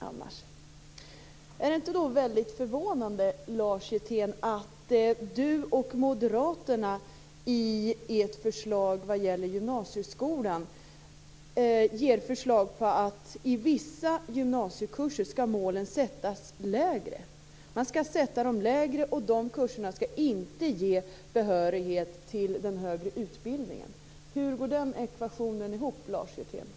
Är det då inte väldigt förvånande att Lars Hjertén och moderaterna i sitt förslag vad gäller gymnasieskolan säger att i vissa skolor skall målen sättas lägre och att de kurserna inte skall ge behörighet till den högre utbildningen? Hur går den ekvationen ihop, Lars Hjertén?